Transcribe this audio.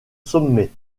sommet